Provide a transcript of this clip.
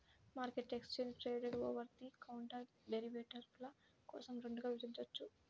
మార్కెట్ను exchange traded, over the counter డెరివేటివ్ల కోసం రెండుగా విభజించవచ్చు